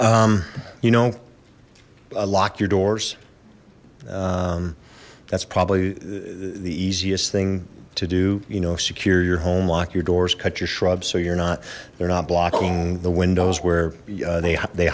home you know lock your doors that's probably the easiest thing to do you know secure your home lock your doors cut your shrubs so you're not they're not blocking the windows where they